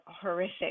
horrific